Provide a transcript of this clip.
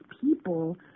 people